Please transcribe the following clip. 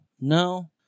no